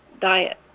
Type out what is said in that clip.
diet